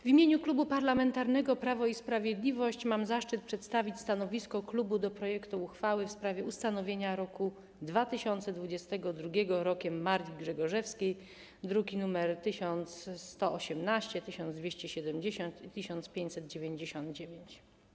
W imieniu Klubu Parlamentarnego Prawo i Sprawiedliwość mam zaszczyt przedstawić stanowisko klubu dotyczące projektu uchwały w sprawie ustanowienia roku 2022 Rokiem Marii Grzegorzewskiej, druki nr 1118, 1270 i 1599.